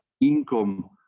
income